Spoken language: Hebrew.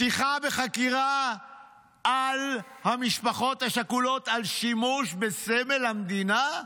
פתיחה בחקירה על המשפחות השכולות על שימוש בסמל המדינה?